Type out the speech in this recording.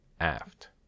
Aft